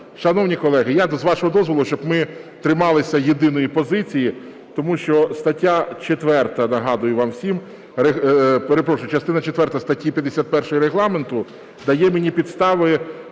Шановні колеги, я, з вашого дозволу, щоб ми трималися єдиної позиції, тому що стаття 4, нагадую вам усім, перепрошую, частина четверта статті 51 Регламенту дає мені підстави